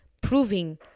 proving